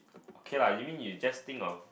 okay lah you mean you just think of